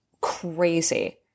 crazy